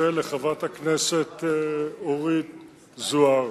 חברת הכנסת אורית זוארץ,